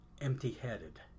empty-headed